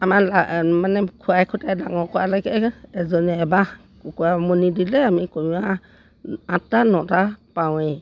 আমাৰ মানে খোৱাই খটিয়াই ডাঙৰ কৰালৈকে এজনীয়ে এবাহ কুকুৰা উমনি দিলে আমি কুকুৰা আঠটা নটা পাওঁৱেই